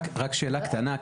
רק שאלה קטנה,